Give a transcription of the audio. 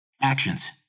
Actions